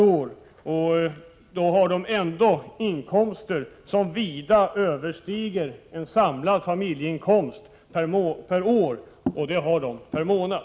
lägre skatt per år. De har ändå inkomster per månad som vida överstiger en samlad familjeinkomst för arbetande per år.